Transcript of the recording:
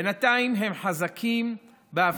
בינתיים הם חזקים בהבטחות,